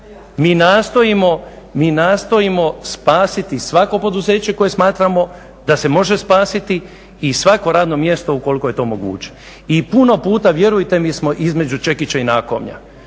Mi nastojimo spasiti svako poduzeće koje smatramo da se može spasiti i svako radno mjesto ukoliko je to moguće. I puno puta vjerujte mi smo između čekića i nakovnja,